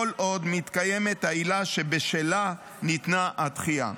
כל עוד מתקיימת העילה שבשלה ניתנה הדחייה.